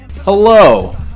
Hello